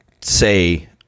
say